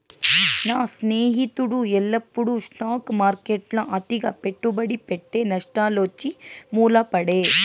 నా స్నేహితుడు ఎల్లప్పుడూ స్టాక్ మార్కెట్ల అతిగా పెట్టుబడి పెట్టె, నష్టాలొచ్చి మూల పడే